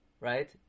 right